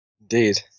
Indeed